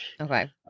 Okay